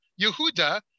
Yehuda